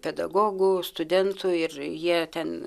pedagogų studentų ir jie ten